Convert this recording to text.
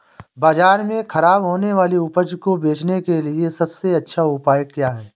बाज़ार में खराब होने वाली उपज को बेचने के लिए सबसे अच्छा उपाय क्या हैं?